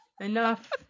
Enough